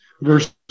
versus